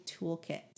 toolkit